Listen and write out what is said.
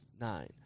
nine